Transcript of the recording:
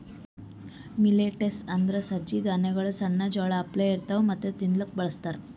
millets ಅಂದುರ್ ಸಜ್ಜಿ ಧಾನ್ಯಗೊಳ್ ಸಣ್ಣ ಜೋಳ ಅಪ್ಲೆ ಇರ್ತವಾ ಮತ್ತ ತಿನ್ಲೂಕ್ ಬಳಸ್ತಾರ್